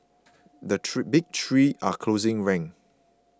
the three big three are closing ranks